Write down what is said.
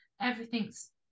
Everything's